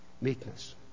meekness